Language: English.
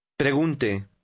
Pregunte